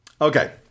Okay